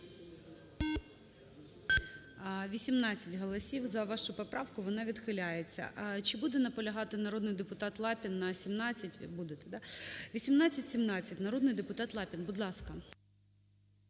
18 голосів за вашу поправку. Вона відхиляється. Чи буде наполягати народний депутат Лапін на 17? Будете, да? 1817, народний депутат Лапін, будь ласка.